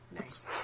Nice